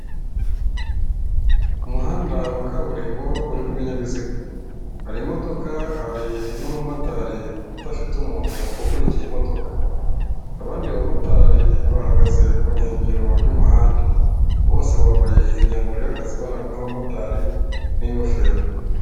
Umuhanda wa kaburimbo uri kubinyabiziga hari imodoka hari n'umumotari udafite umuntu ukuriye imodoka abandi bamotari bahagaze ku nkengero y'umuhanda bose bambaye imyambaro y'akaziranga nk'abamotari n'ingofero.